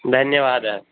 धन्यवादः